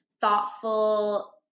thoughtful